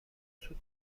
سود